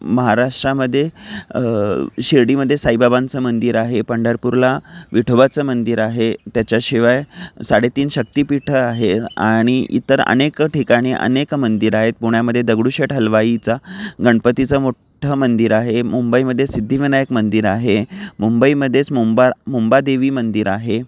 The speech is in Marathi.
महाराष्ट्रामध्ये शिर्डीमध्ये साईबाबांचं मंदिर आहे पंढरपूरला विठोबाचं मंदिर आहे त्याच्याशिवाय साडेतीन शक्तिपीठं आहे आणि इतर अनेक ठिकाणी अनेक मंदिरं आहेत पुण्यामध्ये दगडूशेठ हलवाईचा गणपतीचं मोठं मंदिर आहे मुंबईमध्ये सिद्धिविनायक मंदिर आहे मुंबईमध्येच मुंबा मुंबादेवी मंदिर आहे